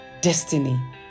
destiny